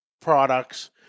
products